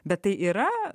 bet tai yra